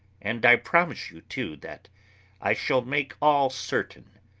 and i promise you, too, that i shall make all certain,